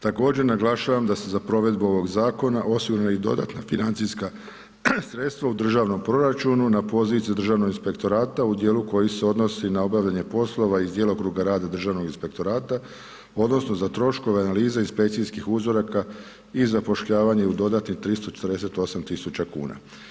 Također naglašavam da se za provedbu ovog zakona osigurana i dodatna financijska sredstva u državnom proračunu na poziciji Državnog inspektorata u dijelu koji se odnosi na obavljanje poslova iz djelokruga rada Državnog inspektorata odnosno za troškove analize inspekcijskih uzoraka i zapošljavanje u dodatnih 348.000 kuna.